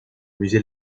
musée